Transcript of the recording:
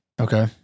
Okay